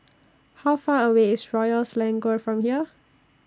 How Far away IS Royal Selangor from here